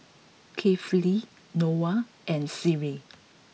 Kefli Noah and Seri